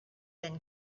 been